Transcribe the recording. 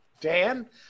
Dan